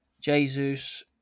Jesus